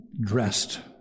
dressed